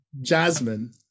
Jasmine